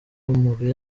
amabuye